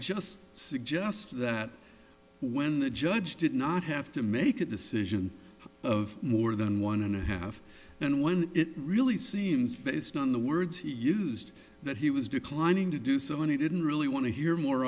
just suggest that when the judge did not have to make a decision of more than one and a half and one it really seems based on the words he used that he was declining to do so when he didn't really want to hear more